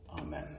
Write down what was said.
Amen